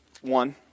one